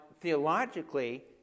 theologically